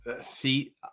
see